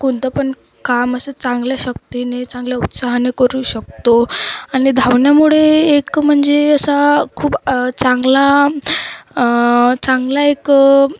कोणतं पण काम असं चांगल्या शक्तीने चांगल्या उत्साहाने करू शकतो आणि धावण्यामुळे एक म्हणजे असा खूप चांगला चांगला एक